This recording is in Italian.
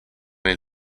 nel